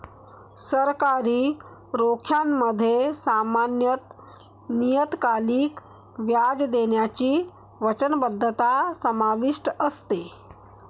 सरकारी रोख्यांमध्ये सामान्यत नियतकालिक व्याज देण्याची वचनबद्धता समाविष्ट असते